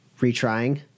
retrying